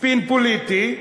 ספין פוליטי: